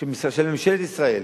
של ממשלת ישראל,